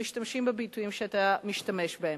ומשתמשים בביטויים שאתה משתמש בהם.